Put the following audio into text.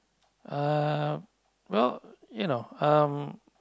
uh well you know um